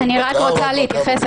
אני רק רוצה להתייחס,